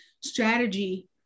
strategy